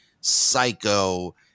Psycho